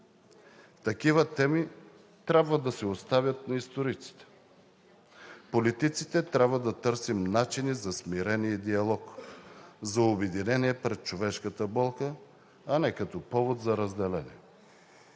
Такива теми трябва да се оставят на историците. Политиците трябва да търсим начини за смирение и диалог, за обединение пред човешката болка, а не като повод за разделение.